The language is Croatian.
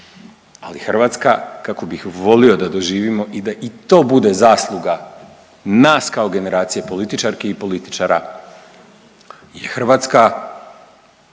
ali Hrvatska kakvu bih volio da doživimo i da to bude zasluga nas kao generacije političarki i političara i Hrvatska